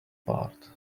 part